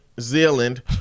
zealand